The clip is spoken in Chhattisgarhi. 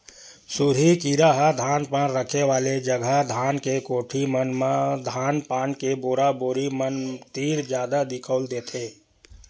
सुरही कीरा ह धान पान रखे वाले जगा धान के कोठी मन म धान पान के बोरा बोरी मन तीर जादा दिखउल देथे